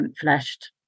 fleshed